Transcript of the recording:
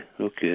Okay